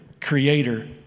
creator